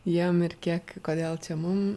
jiem ir kiek kodėl čia mum